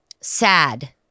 sad